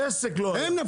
עסק לא היה.